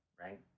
right